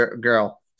girl